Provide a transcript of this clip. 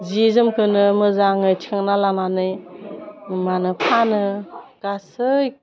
जि जोमखौनो मोजाङै थिखांना लानानै मा होनो फानो गासै